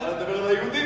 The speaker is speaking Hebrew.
אני מדבר על היהודים.